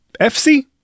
FC